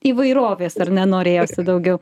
įvairovės arne norėjosi daugiau